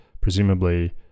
Presumably